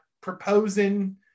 proposing